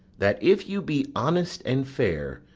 that if you be honest and fair,